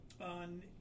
on